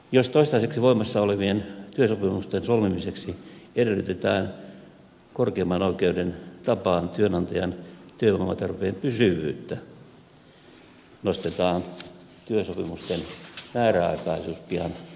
jos toistaiseksi voimassa olevien työsopimusten solmimiseksi edellytetään korkeimman oi keuden tapaan työnantajan työvoimatarpeen pysyvyyttä nostetaan työsopimusten määräaikaisuus pian pääsäännöksi